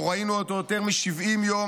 לא ראינו אותו יותר מ-70 יום,